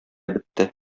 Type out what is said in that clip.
бетте